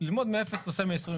ללמוד מאפס נושא מ-21.